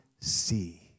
see